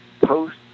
post